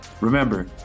Remember